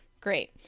great